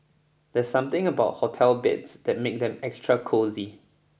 there's something about hotel beds that make them extra cosy